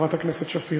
חברת הכנסת שפיר.